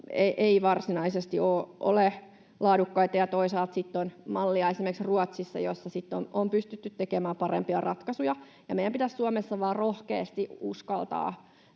eivät varsinaisesti ole laadukkaita. Ja toisaalta sitten on mallia esimerkiksi Ruotsista, jossa sitten on pystytty tekemään parempia ratkaisuja. Meidän pitäisi Suomessa vaan rohkeasti uskaltaa